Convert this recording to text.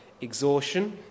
exhaustion